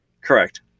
Correct